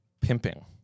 pimping